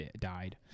died